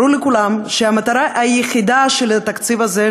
ברור לכולם שהמטרה היחידה של התקציב הזה,